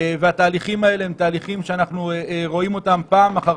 והתהליכים האלה הם תהליכים שאנחנו רואים פעם אחר